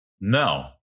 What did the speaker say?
no